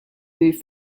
moved